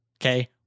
Okay